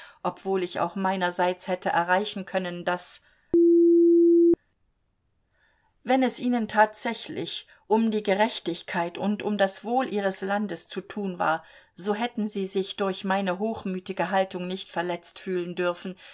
obwohl ich auch meinerseits hätte erreichen können daß wenn es ihnen tatsächlich um die gerechtigkeit und um das wohl ihres landes zu tun war so hätten sie sich durch meine hochmütige haltung nicht verletzt fühlen dürfen